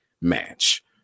match